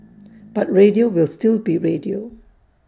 but radio will still be radio